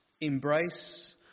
Embrace